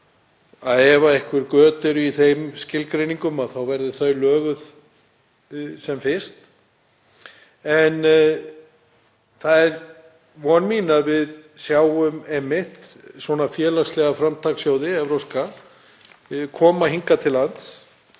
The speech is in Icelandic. að ef einhver göt eru í þeim skilgreiningum þá verði þau löguð sem fyrst. Það er von mín að við sjáum einmitt svona félagslega, evrópska framtakssjóði koma hingað til lands